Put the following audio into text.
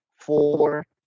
Four